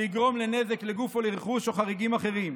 שיגרום נזק לגוף או לרכוש או חריגים אחרים.